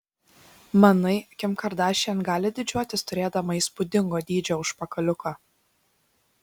manai kim kardašian gali didžiuotis turėdama įspūdingo dydžio užpakaliuką